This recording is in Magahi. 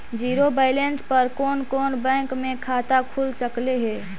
जिरो बैलेंस पर कोन कोन बैंक में खाता खुल सकले हे?